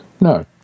no